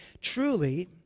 truly